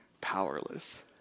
powerless